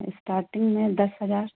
starting में दस हज़ार